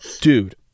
Dude